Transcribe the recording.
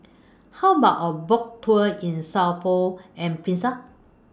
How about A Boat Tour in Sao Tome and Principe